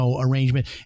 arrangement